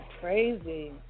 crazy